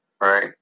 Right